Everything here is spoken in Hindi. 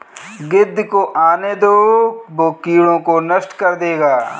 गिद्ध को आने दो, वो कीड़ों को नष्ट कर देगा